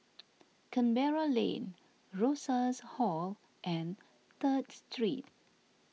Canberra Lane Rosas Hall and Third Street